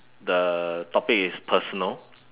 the topic is personal